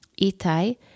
Itai